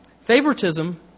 Favoritism